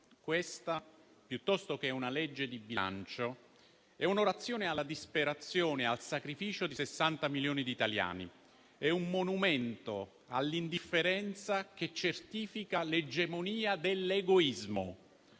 parole: piuttosto che un disegno di legge di bilancio, questa è un'orazione alla disperazione e al sacrificio di 60 milioni di italiani. È un monumento all'indifferenza che certifica l'egemonia dell'egoismo.